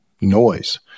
noise